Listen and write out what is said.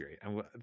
great